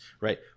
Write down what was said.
right